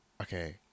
Okay